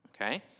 Okay